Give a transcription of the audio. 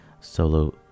solo